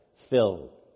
fill